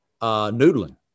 noodling